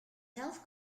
health